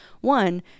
One